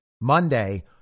Monday